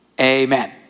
Amen